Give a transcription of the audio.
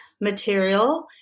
material